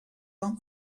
van